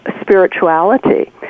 spirituality